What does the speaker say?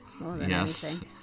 Yes